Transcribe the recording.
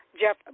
Jeff